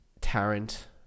Tarrant